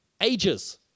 ages